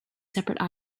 separate